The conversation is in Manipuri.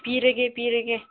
ꯄꯤꯔꯒꯦ ꯄꯤꯔꯒꯦ